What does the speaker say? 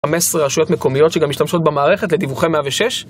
15 רשויות מקומיות שגם משתמשות במערכת לדיווחי 106